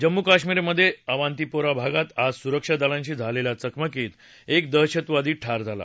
जम्मू कश्मीरमधे अवंतीपोरा भागात आज सुरक्षा दलांशी झालेल्या चकमकीत एक दहशतवादी ठार झाला